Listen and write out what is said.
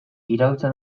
iraultza